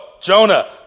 Jonah